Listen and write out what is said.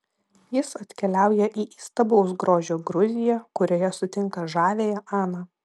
jis atkeliauja į įstabaus grožio gruziją kurioje sutinka žaviąją aną